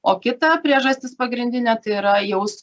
o kita priežastis pagrindinė tai yra jaus